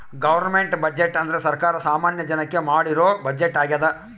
government budget ಅಂದ್ರೆ ಸರ್ಕಾರ ಸಾಮಾನ್ಯ ಜನಕ್ಕೆ ಮಾಡಿರೋ ಬಜೆಟ್ ಆಗ್ಯದ